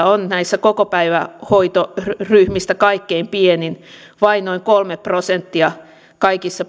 on näistä kokopäivähoitoryhmistä kaikkein pienin vain noin kolme prosenttia kaikista